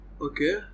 Okay